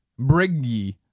Briggy